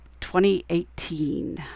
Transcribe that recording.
2018